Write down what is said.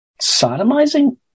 sodomizing